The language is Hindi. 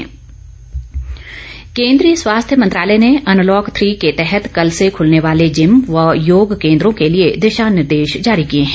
दिशा निर्देश केन्द्रीय स्वास्थ्य मंत्रालय ने अनलॉक थ्री के तहत कल से खुलने वाले जिम व योग केन्द्रों के लिए दिशा निर्देश जारी किए हैं